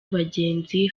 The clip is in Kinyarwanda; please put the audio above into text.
abagenzi